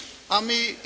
Hvala vam